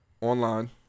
Online